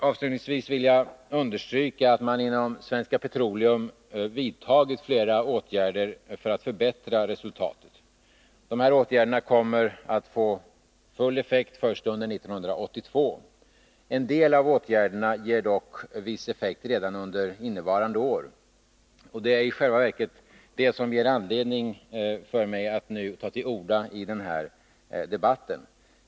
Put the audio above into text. Avslutningsvis vill jag understryka att man inom Svenska Petroleum vidtagit flera åtgärder för att förbättra resultatet. Dessa åtgärder kommer att få full effekt först under 1982. En del av åtgärderna ger dock viss effekt redan under innevarande år. Det är i själva verket det som ger mig anledning att nu ta till orda i den här debatten.